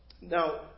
Now